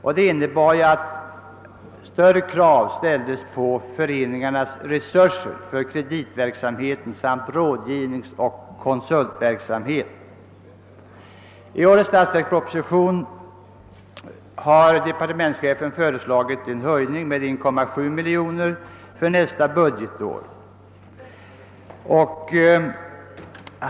Beslutet innebar att större krav ställdes på föreningarnas resurser för kreditverksamheten samt rådgivningsoch .konsultverksamheten. I årets statsverksproposition har <departementschefen föreslagit en höjning med 1,7 miljoner av anslaget till företagareföreningarna.